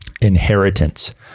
inheritance